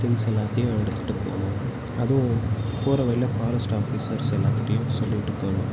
things எல்லாத்தையும் எடுத்துகிட்டு போகணும் அதுவும் போகிற வழில ஃபாரஸ்ட் ஆஃபிஸர்ஸு எல்லாத்துகிட்டயும் சொல்லிவிட்டு போகணும்